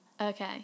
Okay